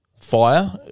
Fire